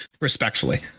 respectfully